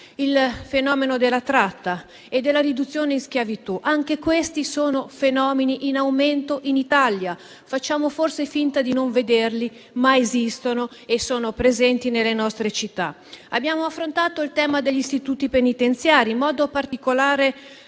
e quello della tratta e della riduzione in schiavitù. Anche questi sono fenomeni in aumento in Italia: facciamo forse finta di non vederli, ma esistono e sono presenti nelle nostre città. Abbiamo affrontato il tema degli istituti penitenziari, in modo particolare